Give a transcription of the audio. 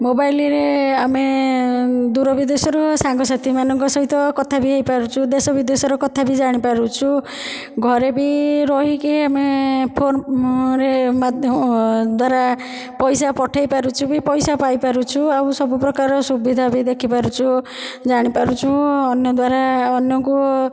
ମୋବାଇଲରେ ଆମେ ଦୂର ବିଦେଶରୁ ସାଙ୍ଗ ସାଥି ମାନଙ୍କ ସହିତ କଥା ବି ହେଇପାରୁଛୁ ଦେଶବିଦେଶର କଥା ବି ଜାଣିପାରୁଛୁ ଘରେ ବି ରହିକି ଆମେ ଫୋନରେ ଦ୍ୱାରା ପଇସା ପଠାଇ ପାରୁଛୁ ବି ପାଇ ପାରୁଛୁ ଆଉ ସବୁ ପ୍ରକାର ସୁବିଧା ବି ଦେଖିପାରୁଛୁ ଜାଣିପାରୁଛୁ ଅନ୍ୟ ଦ୍ୱାରା ଅନ୍ୟକୁ